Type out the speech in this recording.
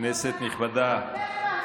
כנסת נכבדה,